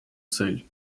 цель